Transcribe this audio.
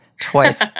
twice